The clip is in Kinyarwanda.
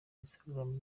instagram